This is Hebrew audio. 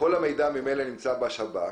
הרי כל המידע ממילא נמצא בשב"כ,